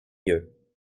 eux